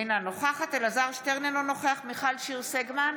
אינה נוכחת אלעזר שטרן, אינו נוכח מיכל שיר סגמן,